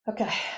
okay